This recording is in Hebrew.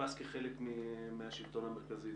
נתפס כחלק מהשלטון המרכזי.